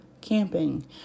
camping